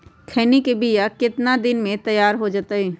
खैनी के बिया कितना दिन मे तैयार हो जताइए?